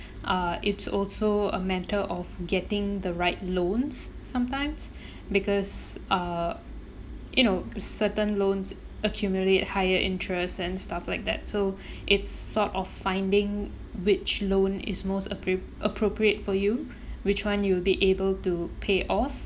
uh it's also a matter of getting the right loans sometimes because uh you know certain loans accumulate higher interest and stuff like that so it's sort of finding which loan is most appro~ appropriate for you which one you will be able to pay off